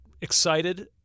excited